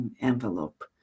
envelope